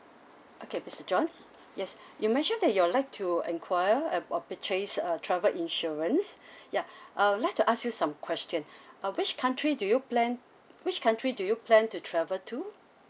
okay mister john yes you mentioned that you'd like to enquire and or purchase a travel insurance ya uh I'dd like to ask you some question uh which country do you plan which country do you plan to travel to